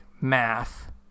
math